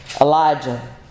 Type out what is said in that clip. Elijah